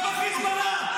מה זה קשור לחיזבאללה?